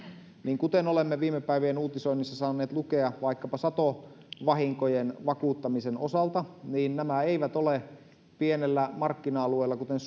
niin kuten olemme viime päivien uutisoinnista saaneet lukea vaikkapa satovahinkojen vakuuttamisen osalta nämä eivät ole pienellä markkina alueella kuten